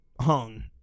hung